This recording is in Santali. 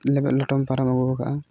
ᱞᱮᱵᱮᱫ ᱞᱚᱴᱚᱢ ᱯᱟᱨᱚᱢ ᱟᱹᱜᱩ ᱟᱠᱟᱫᱼᱟ